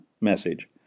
message